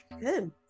good